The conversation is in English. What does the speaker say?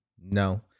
no